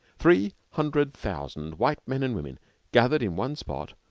three hundred thousand white men and women gathered in one spot,